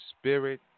spirit